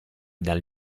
dal